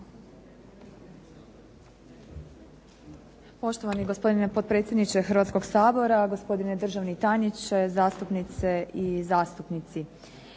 Poštovani gospodine potpredsjedniče Hrvatskog sabora, gospodine državni tajniče, zastupnice i zastupnici.